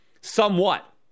somewhat